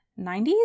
90s